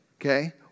Okay